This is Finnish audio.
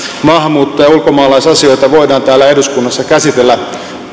maahanmuutto ja ulkomaalaisasioita voidaan täällä eduskunnassa käsitellä